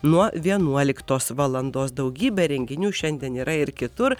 nuo vienuoliktos valandos daugybė renginių šiandien yra ir kitur